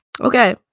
Okay